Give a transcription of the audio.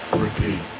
repeat